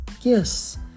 Yes